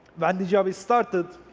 the and job is started,